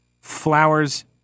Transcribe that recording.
flowers